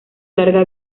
larga